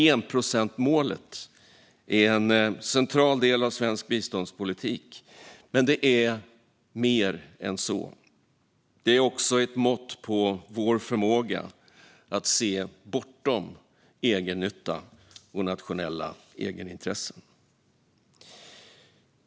Enprocentsmålet är en central del av svensk biståndspolitik, men det är mer än så. Det är också ett mått på vår förmåga att se bortom egennytta och nationella egenintressen.